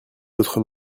votre